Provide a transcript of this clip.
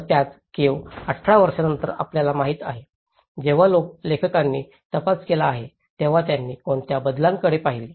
तर त्याच केव्ह 18 वर्षानंतर आपल्याला माहिती आहे जेव्हा लेखकांनी तपास केला असेल तेव्हा त्यांनी कोणत्या बदलांकडे पाहिले